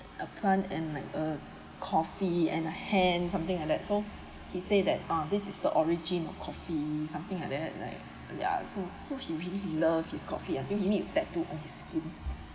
a plant and like a coffee and the hand something like that so he say that ah this is the origin of coffee something like that like ya so so he really he love his coffee until he need tattoo on his skin